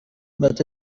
but